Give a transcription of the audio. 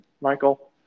Michael